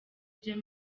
byo